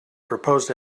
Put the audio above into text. proposed